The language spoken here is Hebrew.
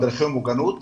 מדריכי מוגנות,